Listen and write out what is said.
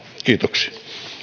kiitoksia